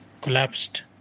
collapsed